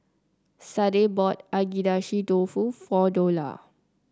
Sade bought Agedashi Dofu for Dola